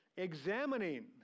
examining